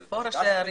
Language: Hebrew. קבלן,